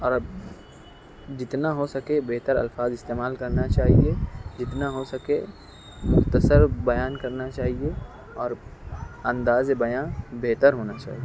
اور اب جتنا ہو سکے بہتر الفاظ استعمال کرنا چاہیے جتنا ہو سکے مختصر بیان کرنا چاہیے اور اندازبیاں بہتر ہونا چاہیے